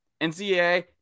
NCAA